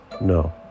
No